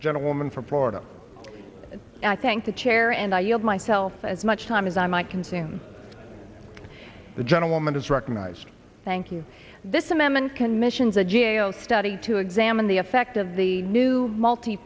gentlewoman from florida i thank the chair and i yield myself as much time as i might consume the gentleman is recognized thank you this amendment can missions a g a o study to examine the effect of the new multi